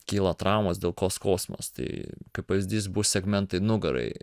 kyla traumos dėl ko skausmas tai kaip pavyzdys bus segmentai nugarai